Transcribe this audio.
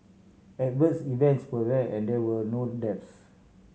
adverse events were rare and there were no deaths